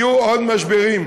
יהיו עוד משברים.